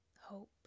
hope